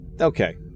okay